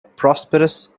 prosperous